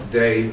day